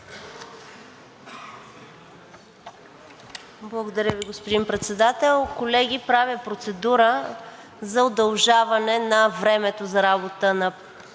Благодаря Ви, господин Председател. Колеги, правя процедура за удължаване на времето за работа на